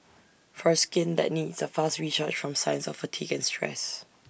for skin that needs A fast recharge from signs of fatigue and stress